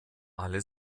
alle